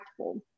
impactful